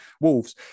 Wolves